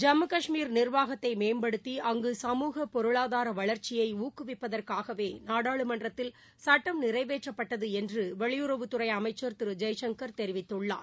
நிர்வாகத்தை மேம்படுத்தி ஜம்மு கஷ்மீர் சமூக பொருளாதார வளர்ச்சியை ஊக்குவிப்பதற்காகவே நாடாளுமன்றத்தில் சுட்டம் நிறைவேற்றப்பட்டது என்று வெளியுறவுத்துறை அமைச்சா் ஜெய்சங்கர் தெரிவித்துள்ளார்